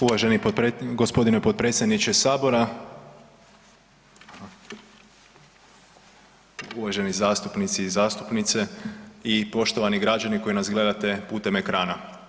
Uvaženi gospodine potpredsjedniče Sabora, uvaženi zastupnici i zastupnice i poštovani građani koji nas gledate putem ekrana.